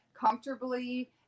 comfortably